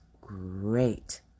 great